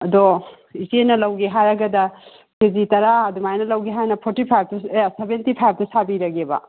ꯑꯗꯣ ꯏꯆꯦꯅ ꯂꯧꯒꯦ ꯍꯥꯏꯔꯒꯗ ꯀꯦꯖꯤ ꯇꯔꯥ ꯑꯗꯨꯃꯥꯏꯅ ꯂꯧꯒꯦ ꯍꯥꯏꯅ ꯐꯣꯔꯇꯤ ꯐꯥꯏꯚꯇꯣ ꯑꯦ ꯁꯦꯚꯦꯟꯇꯤ ꯐꯥꯏꯚꯇꯣ ꯁꯥꯕꯤꯔꯒꯦꯕ